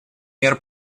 мер